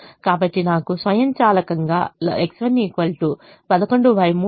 కాబట్టి నాకు స్వయంచాలకంగా X1 113 ఉన్నప్పుడు X2 0 మరియు u2 0